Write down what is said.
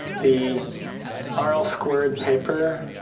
the um rl rl squared paper.